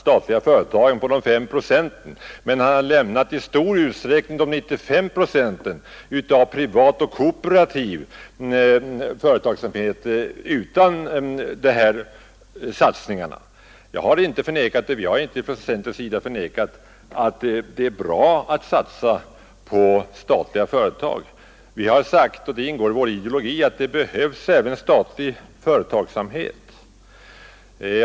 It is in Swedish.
Man har satsat på de 5 procenten statliga företag men i stor utsträckning lämnat de 95 procenten privat och kooperativ företagsamhet utanför. Vi har inte från centerns sida förnekat att det är bra att satsa på statliga företag. Det ingår i vår ideologi att även statlig företagsamhet behövs.